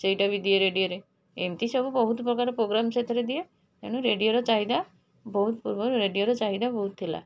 ସେଇଟା ବି ଦିଏ ରେଡ଼ିଓରେ ଏମିତି ସବୁ ବହୁତ ପ୍ରକାର ପୋଗ୍ରାମ୍ ସେଇଥିରେ ଦିଏ ତେଣୁ ରେଡ଼ିଓର ଚାହିଦା ବହୁତ ପୂର୍ବରୁ ରେଡ଼ିଓର ଚାହିଦା ବହୁତ ଥିଲା